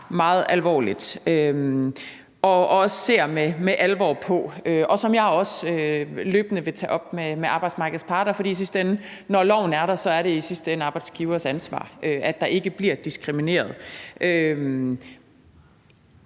meget alvorligt, og som vi også ser med alvor på, og som jeg også løbende vil tage op med arbejdsmarkedets parter. For når loven er der, er det i sidste ende arbejdsgivers ansvar, at der ikke bliver diskrimineret.